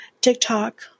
TikTok